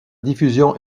diffusion